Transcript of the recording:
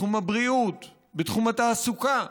בתחום הבריאות, בתחום התעסוקה,